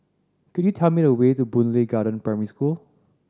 could you tell me the way to Boon Lay Garden Primary School